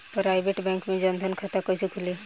Private bank मे जन धन खाता कैसे खुली?